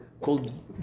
called